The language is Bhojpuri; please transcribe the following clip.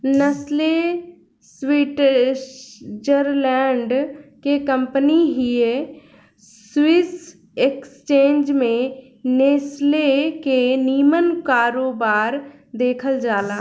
नेस्ले स्वीटजरलैंड के कंपनी हिय स्विस एक्सचेंज में नेस्ले के निमन कारोबार देखल जाला